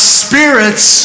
spirits